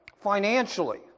financially